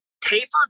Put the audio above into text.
tapered